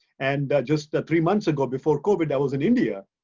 and just the three months ago, before covid, i was in india.